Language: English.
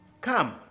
Come